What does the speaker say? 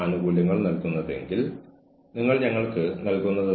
ആ അതിരുകൾ നമ്മൾ മറികടക്കരുത്